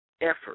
effort